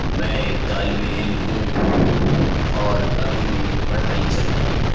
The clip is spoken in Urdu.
میں ایک طالب علم ہوں اور ابھی میری پڑھائی چل رہی ہے